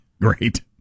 great